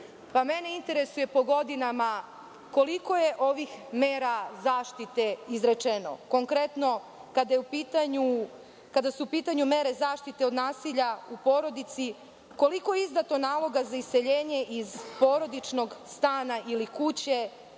Pa mene interesuje - po godinama koliko je ovih mera zaštite izrečeno? Konkretno kada su u pitanju mere zaštite od nasilja u porodici, koliko je izdato naloga za iseljenje iz porodičnog stana ili kuće